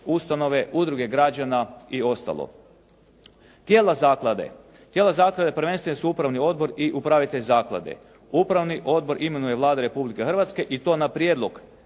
ustanove, udruge građana i ostalo. Tijela zaklade. Tijela zaklade prvenstveno su upravni odbor i upravitelj zaklade. Upravni odbor imenuje Vlada Republike Hrvatske i to na prijedlog